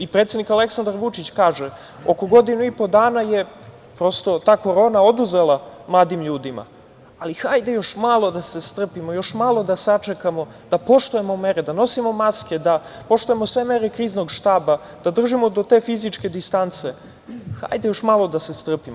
I predsednik Aleksandar Vučić kaže – oko godinu ipo dana je prosto ta korona oduzela mladim ljudima, ali hajde još malo da se strpimo, da poštujemo mere, da još malo sačekamo, da nosimo maske, da poštujemo sve mere Kriznog štaba, da držimo do te fizičke distance, hajde još malo da se strpimo.